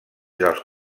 dels